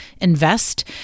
invest